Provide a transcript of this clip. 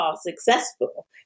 successful